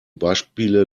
beispiele